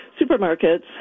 supermarkets